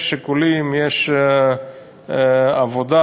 יש שיקולים, יש עבודה.